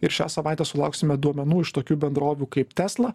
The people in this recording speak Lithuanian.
ir šią savaitę sulauksime duomenų iš tokių bendrovių kaip tesla